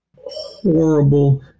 horrible